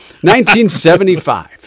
1975